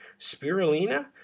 spirulina